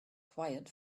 quiet